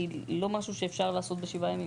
היא לא משהו שאפשר לעשות בשבעה ימים.